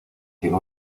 tiene